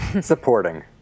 Supporting